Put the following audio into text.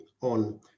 on